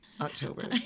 October